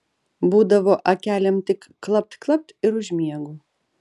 būdavo akelėm tik klapt klapt ir užmiegu